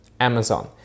Amazon